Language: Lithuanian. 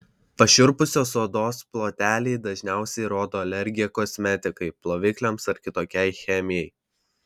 pašiurpusios odos ploteliai dažniausiai rodo alergiją kosmetikai plovikliams ar kitokiai chemijai